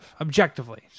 objectively